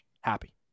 Happy